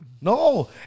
No